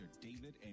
David